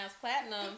platinum